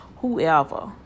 Whoever